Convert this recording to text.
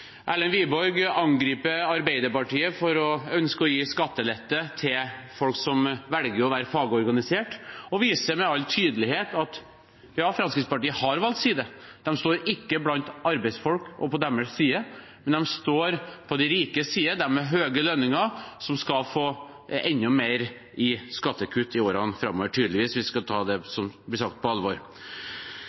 Erlend Wiborg angriper Arbeiderpartiet for å ønske å gi skattelette til folk som velger å være fagorganisert, og viser med all tydelighet at ja, Fremskrittspartiet har valgt side. De står ikke blant arbeidsfolk og på deres side, men de står på de rikes side, hos dem med høye lønninger, som tydeligvis skal få enda mer i skattekutt i årene framover – hvis en skal ta det som blir sagt, på alvor.